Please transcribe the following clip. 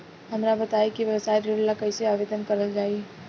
हमरा बताई कि व्यवसाय ऋण ला कइसे आवेदन करल जाई?